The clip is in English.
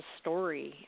story